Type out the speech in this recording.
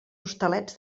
hostalets